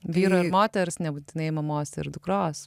vyro ir moters nebūtinai mamos ir dukros